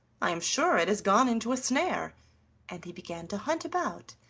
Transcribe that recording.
i am sure it has gone into a snare and he began to hunt about,